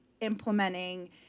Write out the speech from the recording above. implementing